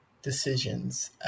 decisions